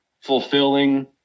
fulfilling